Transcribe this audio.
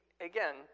again